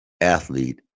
athlete